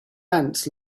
ants